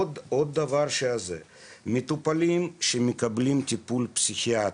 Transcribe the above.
עוד דבר, מטופלים שמקבלים טיפול פסיכיאטרי,